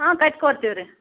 ಹಾಂ ಕಟ್ಟಿ ಕೊಡ್ತೀವಿ ರೀ